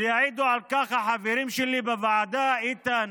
ויעידו על כך החברים שלי בוועדה, איתן